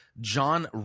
John